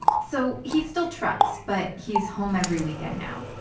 so he still trucks, but he's home every weekend now.